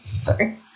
Sorry